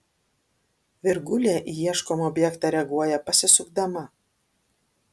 virgulė į ieškomą objektą reaguoja pasisukdama